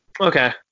Okay